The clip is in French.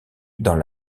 dans